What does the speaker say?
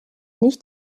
nicht